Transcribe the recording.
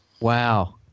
Wow